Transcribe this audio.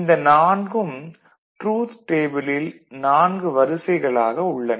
இந்த நான்கும் டரூத் டேபிளில் 4 வரிசைகளாக உள்ளன